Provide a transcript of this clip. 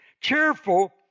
cheerful